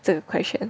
这个 question